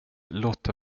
låta